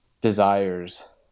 desires